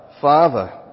Father